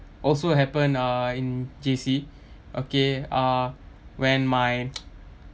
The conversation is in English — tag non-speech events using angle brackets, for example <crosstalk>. also happened uh in J_C <breath> okay uh when my <noise>